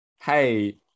hey